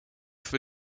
for